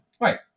Right